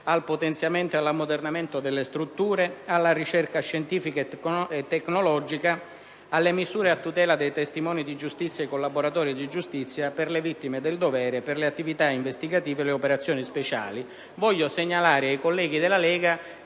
al potenziamento e all'ammodernamento delle strutture, alla ricerca scientifica e tecnologica, alle misure a tutela dei testimoni di giustizia e dei collaboratori di giustizia, per le vittime del dovere, per le attività investigative e le operazioni speciali) segnalo ai colleghi della Lega